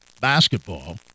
basketball